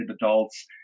adults